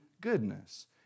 goodness